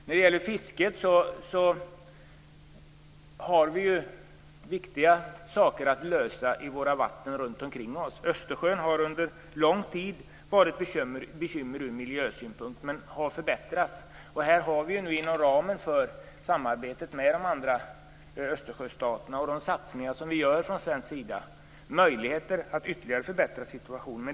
När det gäller fisket har vi viktiga problem att lösa när det gäller de vatten som är runt omkring oss. Östersjön har under lång tid varit ett bekymmer ur miljösynpunkt men har förbättrats. Här har vi inom ramen för samarbetet med de andra Östersjöstaterna och de satsningar som vi gör från svensk sida möjligheter att ytterligare förbättra situationen.